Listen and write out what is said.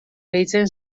gehitzen